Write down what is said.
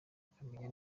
akamenya